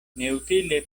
neutile